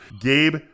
Gabe